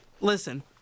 Listen